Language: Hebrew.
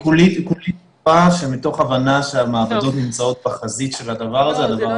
אני כולי תקווה שמתוך הבנה שהמעבדות נמצאות בחזית של הדבר הזה --- לא,